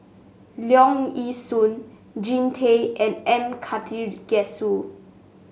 Leong Yee Soo Jean Tay and M Karthigesu